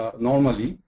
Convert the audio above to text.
normally,